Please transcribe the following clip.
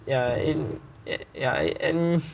ya in ya ya and